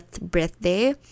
birthday